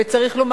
וצריך לומר,